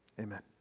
amen